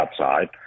outside